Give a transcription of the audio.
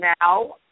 now